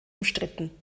umstritten